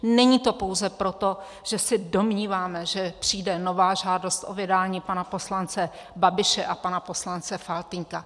Není to pouze proto, že se domníváme, že přijde nová žádost o vydání pana poslance Babiše a pana poslance Faltýnka.